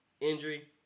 injury